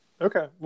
Okay